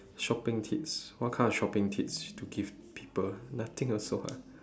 shopping tips what kind of shopping tips to give people nothing also [what]